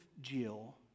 Jill